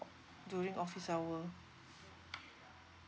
during office hour